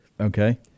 Okay